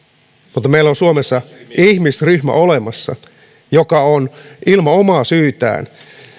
mutta meillä on suomessa olemassa ihmisryhmä joka on ilman omaa syytään